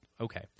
Okay